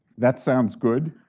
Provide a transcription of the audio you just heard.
that sounds good.